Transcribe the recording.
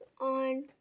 on